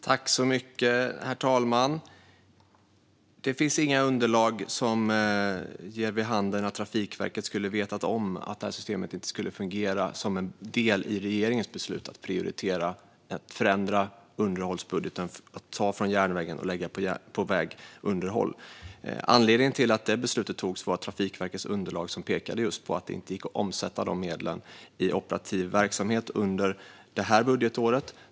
Herr ålderspresident! Det finns inga underlag som ger vid handen att Trafikverket skulle ha vetat om att detta system inte skulle fungera som en del i regeringens beslut att prioritera och förändra underhållsbudgeten och ta från järnvägsunderhåll och lägga på vägunderhåll. Anledningen till att detta beslut togs var Trafikverkets underlag som pekade just på att det inte gick att omsätta dessa medel i operativ verksamhet under detta budgetår.